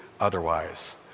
otherwise